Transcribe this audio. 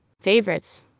Favorites